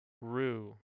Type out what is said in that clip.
rue